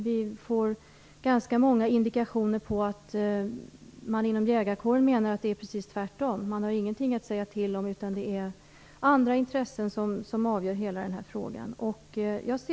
Vi får ganska många indikationer på att man inom jägarkåren menar att det är precis tvärtom, att man inte har någonting att säga till om utan att det är andra intressen som avgör hela den här frågan.